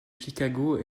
chicago